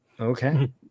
Okay